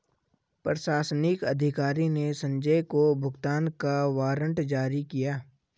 प्रशासनिक अधिकारी ने संजय को भुगतान का वारंट जारी किया